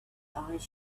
eyes